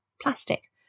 plastic